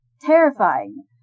terrifying